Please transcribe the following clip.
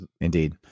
indeed